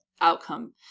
outcome